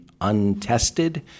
untested